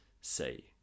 say